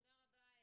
תודה רבה.